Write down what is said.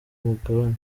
mugabane